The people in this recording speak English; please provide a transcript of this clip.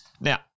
Now